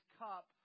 cup